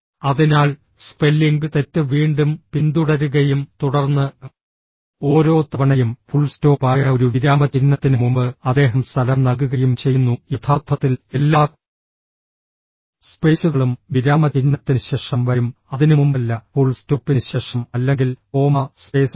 അതിനാൽ സ്പെല്ലിംഗ് തെറ്റ് വീണ്ടും പിന്തുടരുകയും തുടർന്ന് ഓരോ തവണയും ഫുൾ സ്റ്റോപ്പ് ആയ ഒരു വിരാമചിഹ്നത്തിന് മുമ്പ് അദ്ദേഹം സ്ഥലം നൽകുകയും ചെയ്യുന്നു യഥാർത്ഥത്തിൽ എല്ലാ സ്പെയ്സുകളും വിരാമചിഹ്നത്തിന് ശേഷം വരും അതിനുമുമ്പല്ല ഫുൾ സ്റ്റോപ്പിന് ശേഷം അല്ലെങ്കിൽ കോമാ സ്പേസ് വരണം